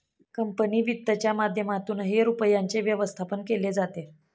company वित्तच्या माध्यमातूनही रुपयाचे व्यवस्थापन केले जाते